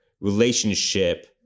relationship